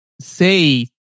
say